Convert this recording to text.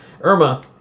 Irma